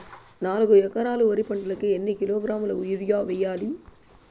నాలుగు ఎకరాలు వరి పంటకి ఎన్ని కిలోగ్రాముల యూరియ వేయాలి?